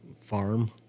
farm